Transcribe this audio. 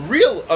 Real